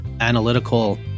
analytical